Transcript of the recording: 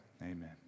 amen